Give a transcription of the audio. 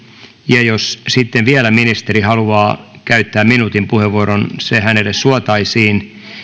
ja jos sitten vielä ministeri haluaa käyttää minuutin puheenvuoron se hänelle suotaisiin